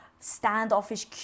standoffish